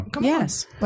Yes